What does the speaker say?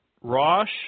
Rosh